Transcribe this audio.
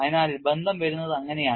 അതിനാൽ ബന്ധം വരുന്നത് അങ്ങനെയാണ്